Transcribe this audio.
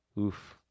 Oof